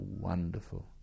wonderful